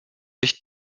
ich